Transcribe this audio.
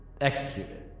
executed